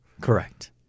Correct